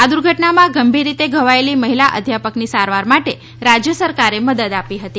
આ દુર્ઘટનામાં ગંભીર રીતે ધવાયેલી મહિલા અધ્યાપકની સારવાર માટે રાજ્ય સરકારે મદદ આપી હતી